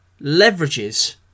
leverages